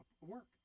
work